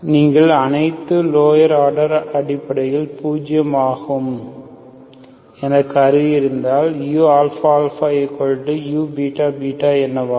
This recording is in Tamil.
நீங்கள் அனைத்து லோயர் ஆர்டர் அடிப்படையில் பூஜ்யம் ஆகும் என கருதி இருந்தால் uααuββ என்னவாகும்